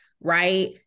right